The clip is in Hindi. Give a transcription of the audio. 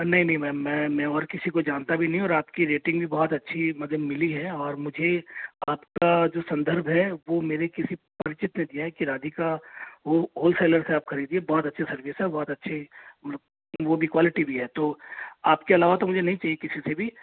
नहीं नहीं मैम मैं और किसी को जानता भी नहीं हूँ और आप की रेटिंग भी बहुत अच्छी मतलब मिली है और मुझे आपका जो संदर्भ है वो मेरे किसी परिचित ने दिया है कि राधिका वो हॉलसेलर से खरीदिए बहुत अच्छी सर्विस है बहुत अच्छी वो भी क्वालिटी भी है तो आप के अलावा तो मुझे नहीं चाहिए किसी से भी